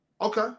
Okay